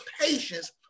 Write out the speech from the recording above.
patience